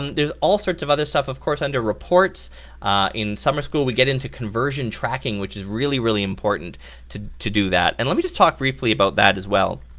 there's all sorts of other stuff of course under reports in summer school we get into conversion tracking which is really, really important to to do that, and let me just talk briefly about that as well.